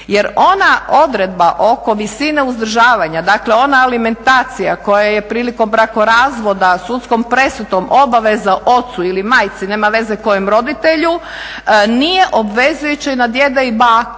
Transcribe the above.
jer ona odredba oko visine uzdržavanja, dakle ona alimentacija koja je prilikom brakorazvodna sudskom presudom obaveza ocu ili majci, nema veze kojem roditelju, nije obvezujuće i na djeda i baku.